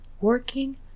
Working